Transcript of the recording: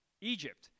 Egypt